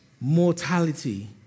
mortality